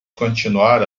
continuar